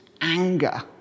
anger